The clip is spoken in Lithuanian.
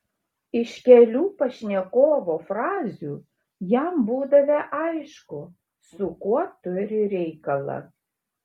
iš kelių pašnekovo frazių jam būdavę aišku su kuo turi reikalą